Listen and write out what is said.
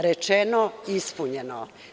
Rečeno – ispunjeno.